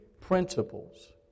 principles